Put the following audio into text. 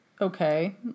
okay